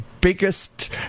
biggest